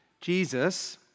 Jesus